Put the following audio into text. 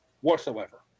whatsoever